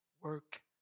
work